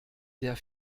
der